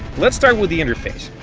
let's start with the interface!